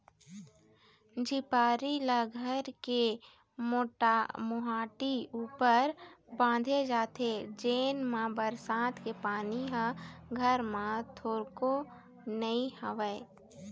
झिपारी ल घर के मोहाटी ऊपर बांधे जाथे जेन मा बरसात के पानी ह घर म थोरको नी हमाय